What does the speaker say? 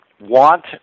want